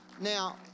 Now